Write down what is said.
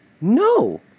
No